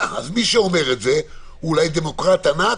אז מי שאומר את זה הוא אולי דמוקרט ענק,